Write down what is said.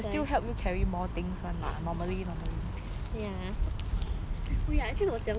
ya oh ya actually 我想到